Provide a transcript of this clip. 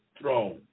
throne